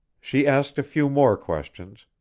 she asked a few more questions,